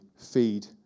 feed